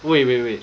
wait wait wait